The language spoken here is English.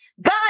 God